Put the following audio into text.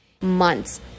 months